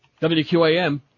WQAM